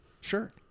Sure